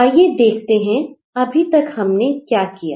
तो आइए देखते हैं अभी तक हमने क्या किया